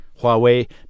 Huawei